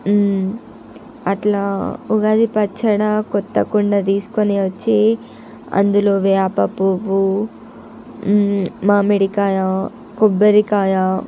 అట్లా ఉగాది పచ్చడి క్రొత్త కుండ తీసుకొని వచ్చి అందులో వేప పువ్వు మామిడికాయ కొబ్బరికాయ